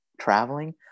traveling